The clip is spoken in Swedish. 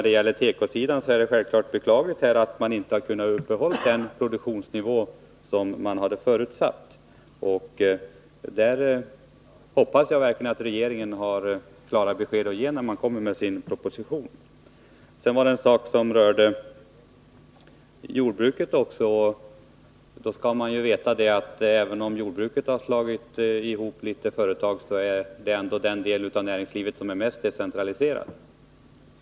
Det är självfallet beklagligt att man på tekosidan inte har kunnat uppehålla den produktionsnivå som man hade förutsatt. Jag hoppas verkligen att regeringen har klara besked att ge på den här punkten när den kommer med sin proposition. Sedan var det den fråga som rörde jordbruket. Man skall då veta att även om jordbruket har slagit ihop några företag, så är det ändå den del av näringslivet som är mest decentraliserad.